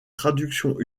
traductions